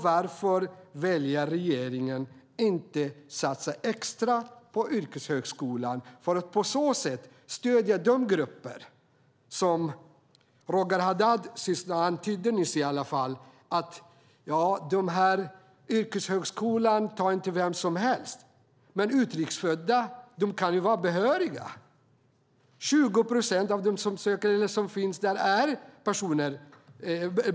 Varför väljer inte regeringen att satsa extra på yrkeshögskolan för att på det sättet stödja dessa grupper? Roger Haddad antydde nyss att yrkeshögskolan inte antar vem som helst, men utrikes födda kan ju vara behöriga. 20 procent av de behöriga är utrikes födda personer.